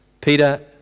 Peter